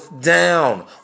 down